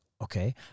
Okay